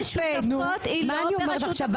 מה אני אומרת לך?